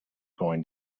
going